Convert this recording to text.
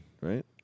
right